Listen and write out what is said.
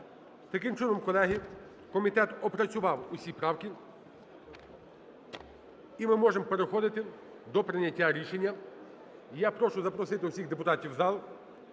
Таким чином, колеги, комітет опрацював усі правки, і ми можемо переходити до прийняття рішення. І я прошу запросити усіх депутатів в зал.